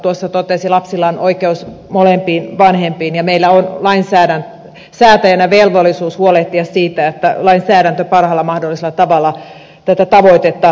uotila totesi lapsilla on oikeus molempiin vanhempiin ja meillä on lainsäätäjinä velvollisuus huolehtia siitä että lainsäädäntö parhaalla mahdollisella tavalla tätä tavoitetta tukee